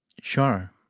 Sure